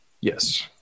Yes